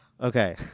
Okay